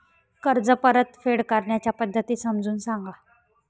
कर्ज परतफेड करण्याच्या पद्धती समजून सांगा